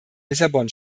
lissabon